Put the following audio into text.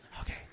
Okay